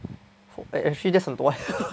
eh actually that's a lot